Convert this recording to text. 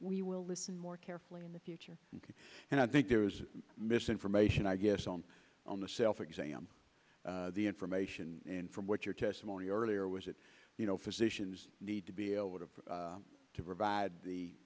we will listen more carefully in the future and i think there is misinformation i guess on on the self exam the information and from what your testimony earlier was that you know physicians need to be able to provide the